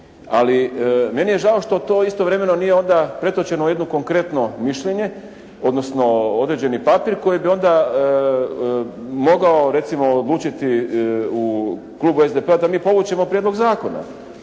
ali meni je žao što to istovremeno nije onda pretočeno u jedno konkretno mišljenje, odnosno određeni papri koji bi onda mogao recimo odlučiti u klubu SDP-a da mi povučemo prijedlog zakona.